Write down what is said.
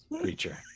creature